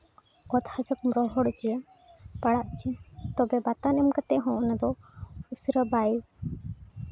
ᱚᱛ ᱦᱟᱥᱟ ᱠᱚᱢ ᱨᱚᱦᱚᱲ ᱦᱚᱪᱚᱭᱟ ᱯᱟᱲᱟᱜ ᱦᱚᱪᱚᱭᱟ ᱛᱚᱵᱮ ᱵᱟᱛᱟᱱ ᱮᱢ ᱠᱟᱛᱮᱫ ᱦᱚᱸ ᱚᱱᱟᱫᱚ ᱩᱥᱟᱹᱨᱟ ᱵᱟᱭ